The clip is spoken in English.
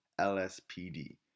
LSPD